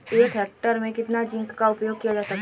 एक हेक्टेयर में कितना जिंक का उपयोग किया जाता है?